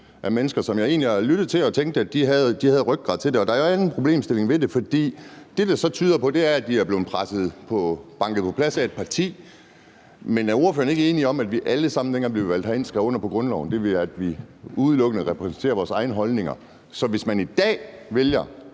af dem – jeg egentlig har lyttet til og tænkt, at de havde rygrad til det. Der er en problemstilling ved det, for det, det så tyder på, er, at de er blevet banket på plads af partiet. Men er ordføreren ikke enig i, at vi alle sammen, dengang vi blev valgt ind, skrev under på grundloven, og at vi udelukkende repræsenterer vores egne holdninger, så at hvis man i dag vælger